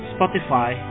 Spotify